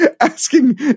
asking